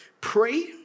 pray